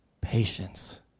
patience